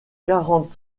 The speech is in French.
quarante